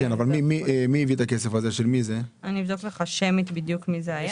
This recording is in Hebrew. זה תקציב של 105. כן, אבל מי הביא את הכסף הזה?